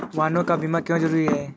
वाहनों का बीमा क्यो जरूरी है?